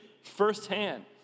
firsthand